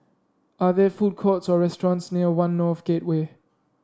are there food courts or restaurants near One North Gateway